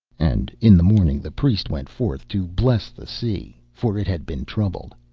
and in the morning the priest went forth to bless the sea, for it had been troubled.